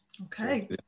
Okay